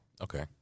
Okay